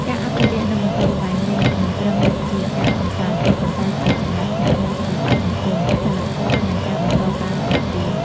ការអភិរក្ស និងបន្តល្បែងនេះ មិនត្រឹមជាការកម្សាន្តទេ ប៉ុន្តែជាចំណាត់ថ្នាក់នៃសិល្បៈសង្គម សីលធម៌ និងការបន្តការការពារ។